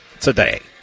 today